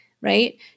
right